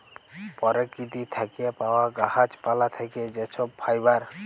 পরকিতি থ্যাকে পাউয়া গাহাচ পালা থ্যাকে যে ছব ফাইবার